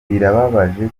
birababaje